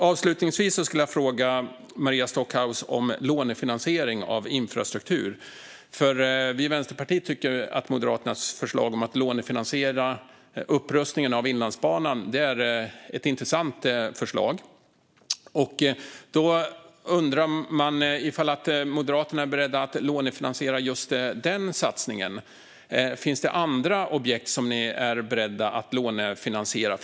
Avslutningsvis skulle jag vilja fråga Maria Stockhaus om lånefinansiering av infrastruktur. Vi i Vänsterpartiet tycker att Moderaternas förslag om att lånefinansiera upprustningen av Inlandsbanan är intressant. Om Moderaterna är beredda att lånefinansiera den satsningen undrar man ju om det finns andra objekt som ni är beredda att lånefinansiera.